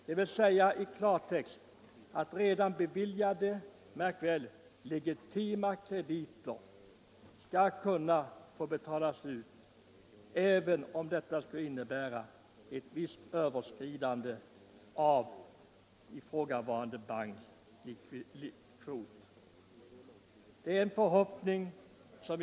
Det betyder i klartext att redan beviljade och — märk väl! — legitima lån skall få betalas ut, även om detta skulle innebära ett visst överskridande av ifrågavarande banks likviditetskvot. Herr talman!